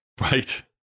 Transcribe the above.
Right